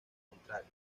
contrario